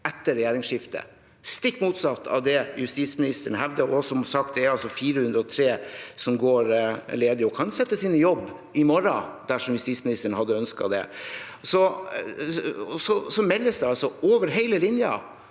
etter regjeringsskiftet – stikk motsatt av det justisministeren hevder. Som sagt er det 403 som går ledig og kan settes inn i jobb i morgen, dersom justisministeren hadde ønsket det. Det meldes over hele linjen